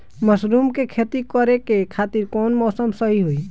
Mushroom के खेती करेके खातिर कवन मौसम सही होई?